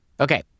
Okay